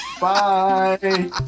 Bye